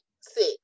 six